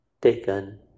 taken